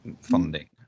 funding